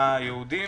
ליהודים.